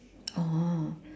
oh